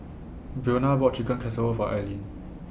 Breonna bought Chicken Casserole For Aileen